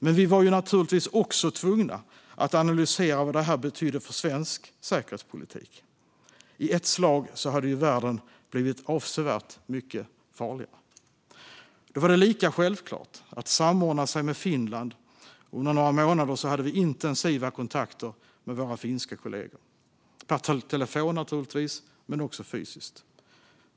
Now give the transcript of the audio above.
Men vi var naturligtvis också tvungna att analysera vad det här betydde för svensk säkerhetspolitik. I ett slag hade ju världen blivit avsevärt mycket farligare. Då var det lika självklart att samordna sig med Finland, och under några månader hade vi intensiva kontakter med våra finska kollegor per telefon, naturligtvis, men också fysiskt.